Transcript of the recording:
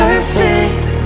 Perfect